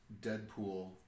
Deadpool